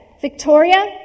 Victoria